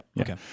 okay